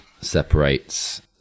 separates